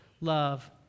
love